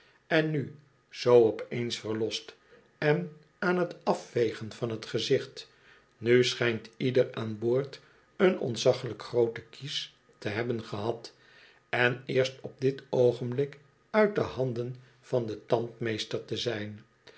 en nu zoo op eens verlost en aan t afvegen van t gezicht nu schijnt ieder aan boord een ontzaglijk groote kies te hebben gehad en eerst op dit oogenblik uit de handen van den tandmeester te zijn